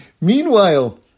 Meanwhile